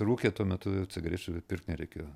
rūkė tuo metu cigarečių pirkt nereikėjo